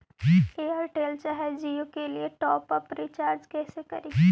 Airtel चाहे जियो के लिए टॉप अप रिचार्ज़ कैसे करी?